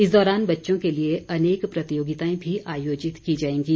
इस दौरान बच्चों के लिए अनेक प्रतियोगिताएं भी आयोजित की जाएंगी